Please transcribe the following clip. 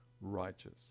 righteous